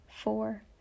four